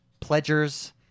pledgers